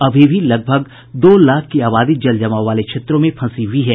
अभी भी लगभग दो लाख की आबादी जल जमाव वाले क्षेत्रों में फंसी हुई है